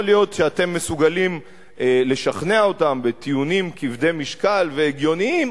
יכול להיות שאתם מסוגלים לשכנע אותם בטיעונים כבדי משקל והגיוניים,